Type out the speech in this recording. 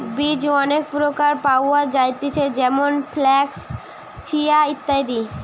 বীজ অনেক প্রকারের পাওয়া যায়তিছে যেমন ফ্লাক্স, চিয়া, ইত্যাদি